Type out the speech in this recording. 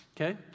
Okay